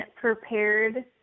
prepared